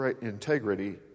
integrity